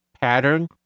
pattern